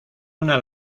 una